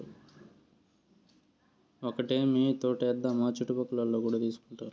ఒక్కటేమీ తోటే ఏద్దాము చుట్టుపక్కలోల్లు కూడా తీసుకుంటారు